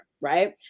Right